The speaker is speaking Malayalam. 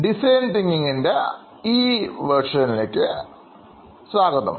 ഡിസൈൻ തിങ്കിംഗ് ഈ ഭാഗം പഠിക്കാൻ സ്വാഗതം